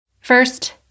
First